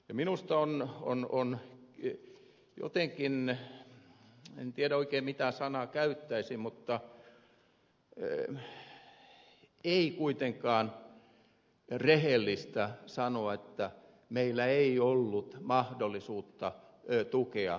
minusta on jotenkin en tiedä oikein mitä sanaa käyttäisin mutta ei kuitenkaan rehellistä sanoa että meillä ei ollut mahdollisuutta tukea heinolan sairaalaa